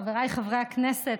חבריי חברי הכנסת,